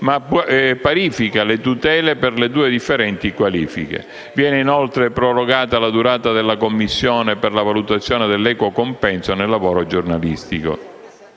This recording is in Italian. ma parifica le tutele per le due differenti qualifiche. Viene inoltre prorogata la durata della commissione per la valutazione dell'equo compenso nel lavoro giornalistico.